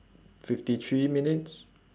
fifty three minutes